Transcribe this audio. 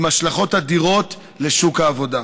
עם השלכות אדירות על שוק העבודה.